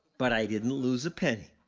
but i didn't lose a penny.